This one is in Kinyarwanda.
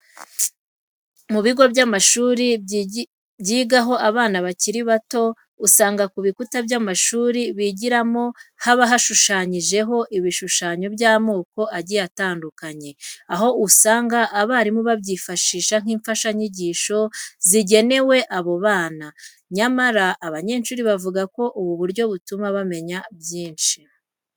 Mu bigo by'amashuri byigaho abana bakiri bato usanga ku bikuta by'amashuri bigiramo haba hashushanyijeho ibishushanyo by'amoko agiye atandukanye, aho usanga abarimu babyifashisha nk'imfashanyigisho zigenewe aba bana. Nyamara abanyeshuri bavuga ko ubu buryo butuma bamenya byinshi.